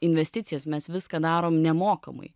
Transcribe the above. investicijas mes viską darom nemokamai